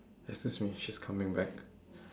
excuse me she's coming back